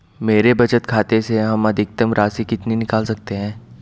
मेरे बचत खाते से हम अधिकतम राशि कितनी निकाल सकते हैं?